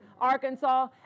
Arkansas